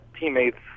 teammates